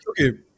okay